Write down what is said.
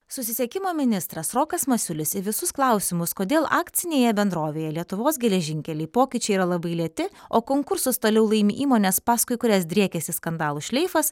susisiekimo ministras rokas masiulis į visus klausimus kodėl akcinėje bendrovėje lietuvos geležinkeliai pokyčiai yra labai lėti o konkursus toliau laimi įmonės paskui kurias driekiasi skandalų šleifas